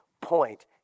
point